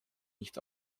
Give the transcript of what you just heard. nichts